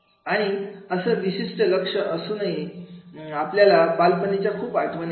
आणि असं विशिष्ट लक्ष अजूनही आपल्याला बालपणीच्या खूप आठवणी आहेत